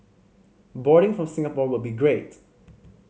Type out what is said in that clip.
boarding from Singapore would be great